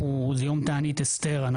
יום תענית אסתר,